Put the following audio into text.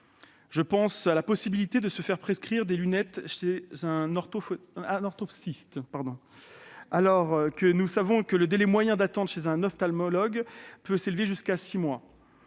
Je pense à la possibilité de se faire prescrire des lunettes chez un orthoptiste- alors que nous savons que le délai moyen d'attente chez un ophtalmologue s'élève à six mois